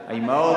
האמהות,